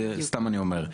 סתם אני אומר,